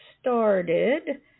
started